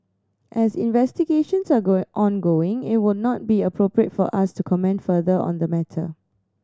as investigations are going ongoing it would not be appropriate for us to comment further on the matter